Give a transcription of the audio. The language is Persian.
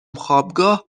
خوابگاه